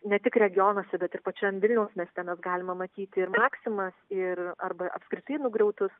ne tik regionuose bet ir pačiam vilniaus mieste mes galima matyti ir maksimas ir arba apskritai nugriautus